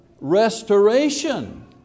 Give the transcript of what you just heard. restoration